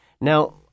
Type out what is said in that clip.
Now